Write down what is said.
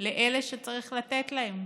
לאלה שצריך לתת להם.